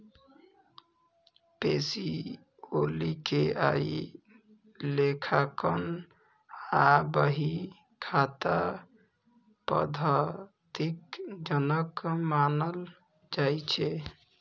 Pacioli कें आइ लेखांकन आ बही खाता पद्धतिक जनक मानल जाइ छै